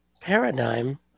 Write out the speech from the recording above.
paradigm